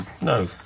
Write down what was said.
No